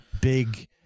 big